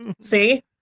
See